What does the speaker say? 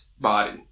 body